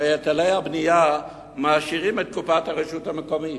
הרי היטלי הבנייה מעשירים את קופת הרשות המקומית.